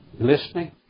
listening